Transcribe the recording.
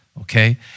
okay